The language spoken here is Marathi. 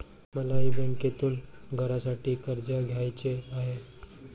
मलाही बँकेतून घरासाठी कर्ज घ्यायचे आहे